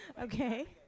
Okay